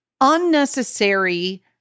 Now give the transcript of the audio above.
unnecessary